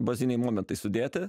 baziniai momentai sudėti